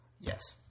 Yes